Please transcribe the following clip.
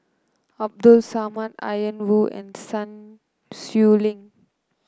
Abdul Samad Ian Woo and Sun Xueling